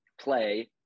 play